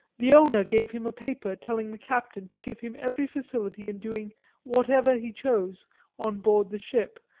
the owner gave him a paper telling the captain to give him every facility in doing whatever he chose on board the ship,